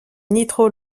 nitro